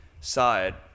side